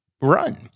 run